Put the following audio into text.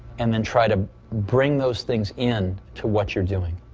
and then try to bring those things in to what you're doing.